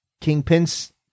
Kingpin's